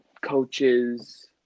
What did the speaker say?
coaches